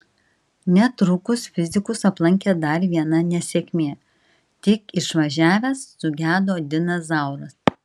netrukus fizikus aplankė dar viena nesėkmė tik išvažiavęs sugedo dinas zauras